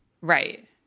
Right